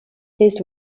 his